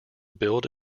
build